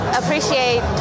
appreciate